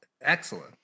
excellent